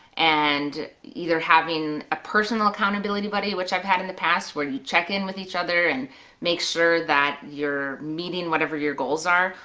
and either having a personal accountability buddy which i've had in the past where you check in with each other and make sure that you're meeting whatever your goals are,